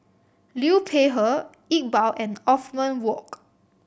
Liu Peihe Iqbal and Othman Wok